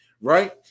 right